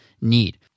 need